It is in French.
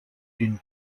d’une